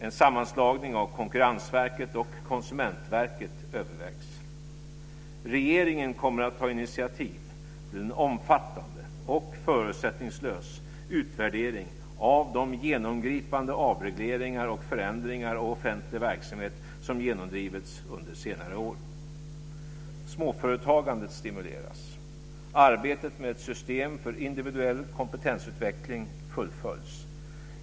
En sammanslagning av Konkurrensverket och Konsumentverket övervägs. Regeringen kommer att ta initiativ till en omfattande och förutsättningslös utvärdering av de genomgripande avregleringar och förändringar av offentlig verksamhet som genomdrivits under senare år. Småföretagandet stimuleras. Arbetet med ett system för individuell kompetensutveckling fullföljs.